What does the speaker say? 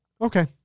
Okay